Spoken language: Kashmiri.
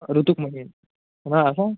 رُتُک مٔہیٖنہٕ